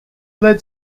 led